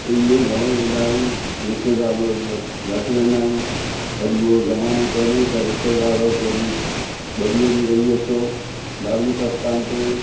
हिनमें घणो वेंदा आहियूं रिशतेदारनि वटि घटि वेंदा आहियूं अॼु उहो ज़मानो कोन्हे त रिशतेदारनि वटि वञूं ॿ ॾींहं बि रही अचो धार्मिक स्थान ते